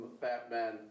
Batman